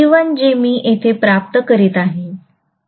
E1 जे मी येथे प्राप्त करीत आहे